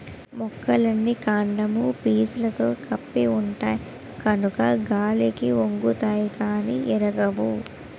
మొక్కలన్నీ కాండము పీసుతో కప్పి ఉంటాయి కనుక గాలికి ఒంగుతాయి గానీ ఇరగవు